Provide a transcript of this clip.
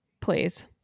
Please